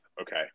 okay